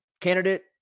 candidate